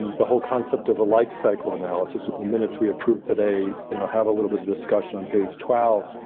and the whole concept of a life cycle analysis. the minutes we approve today you know have a little bit of discussion on page twelve.